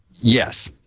Yes